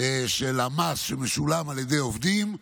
של המס שמשולם על ידי עובדים.